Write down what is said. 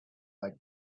like